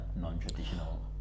non-traditional